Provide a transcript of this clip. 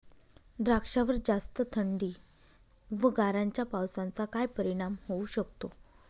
द्राक्षावर जास्त थंडी व गारांच्या पावसाचा काय परिणाम होऊ शकतो?